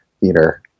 theater